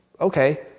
okay